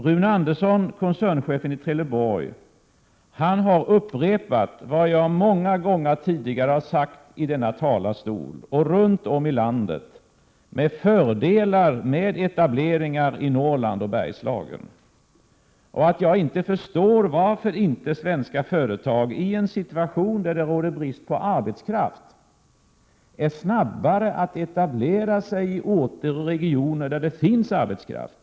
Rune Andersson, koncernchefen i Trelleborg, har upprepat vad jag har sagt många gånger tidigare i denna talarstol och runt om i landet om fördelarna med etableringar i Norrland och Bergslagen. Jag förstår inte varför inte svenska företag, i en situation då det råder brist på arbetskraft, är snabbare att etablera sig i orter och regioner där det finns arbetskraft.